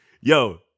Yo